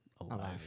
alive